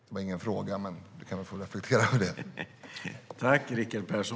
Det var ingen fråga, men du kan väl reflektera över det, Rickard Persson.